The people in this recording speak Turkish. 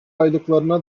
aylıklarına